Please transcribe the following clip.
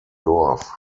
dorf